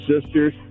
sisters